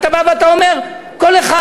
אתה בא ואתה אומר: כל אחד,